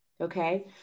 Okay